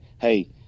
hey